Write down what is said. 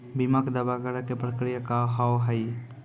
बीमा के दावा करे के प्रक्रिया का हाव हई?